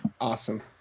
Awesome